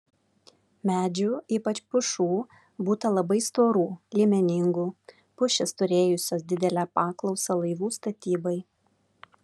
medžių ypač pušų būta labai storų liemeningų pušys turėjusios didelę paklausą laivų statybai